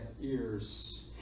ears